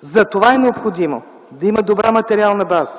За това е необходимо да има добра материална база,